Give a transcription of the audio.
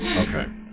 Okay